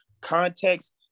context